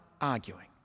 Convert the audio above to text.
arguing